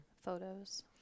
photos